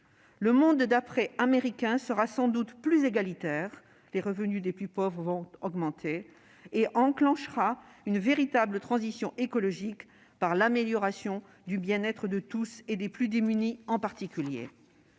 Le monde d'après américain sera sans doute plus égalitaire- les revenus des plus pauvres vont augmenter -et enclenchera une véritable transition écologique pour l'amélioration du bien-être de tous, en particulier